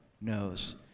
knows